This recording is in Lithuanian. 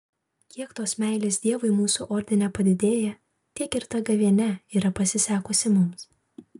kiek tos meilės dievui mūsų ordine padidėja tiek ir ta gavėnia yra pasisekusi mums